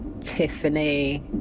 Tiffany